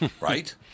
right